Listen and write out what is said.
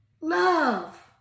love